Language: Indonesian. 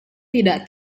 tidak